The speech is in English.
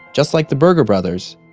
just like the berger brothers,